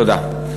אוקיי, תודה.